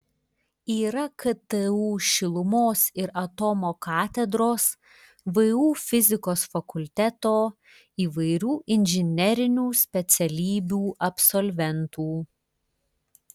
yra ktu šilumos ir atomo katedros vu fizikos fakulteto įvairių inžinerinių specialybių absolventų